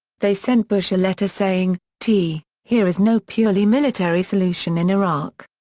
they sent bush a letter saying, t here is no purely military solution in iraq.